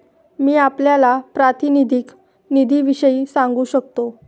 मी आपल्याला प्रातिनिधिक निधीविषयी सांगू शकतो